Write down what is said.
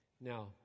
Now